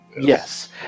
Yes